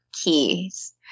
keys